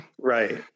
Right